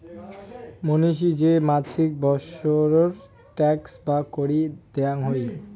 মানসি যে মাছিক বৎসর ট্যাক্স বা কর দেয়াং হই